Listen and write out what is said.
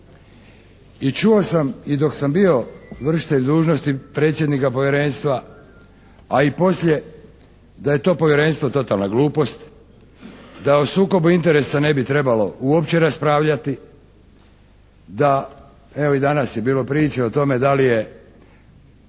I čuo sam i dok sam bio vršitelj dužnosti predsjednika Povjerenstva, a i poslije da je to Povjerenstvo totalna glupost, da o sukobu interesa ne bi trebalo uopće raspravljati, da evo i danas je bilo priče o tome da li je